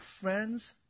friends